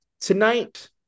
Tonight